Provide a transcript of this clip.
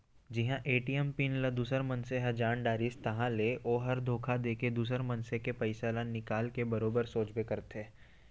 जिहां ATM pin ल दूसर मनसे ह जान डारिस ताहाँले ओ ह धोखा देके दुसर मनसे के पइसा ल निकाल के बरोबर सोचबे करथे